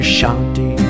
Shanti